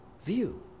view